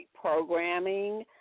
programming